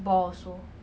but when singapore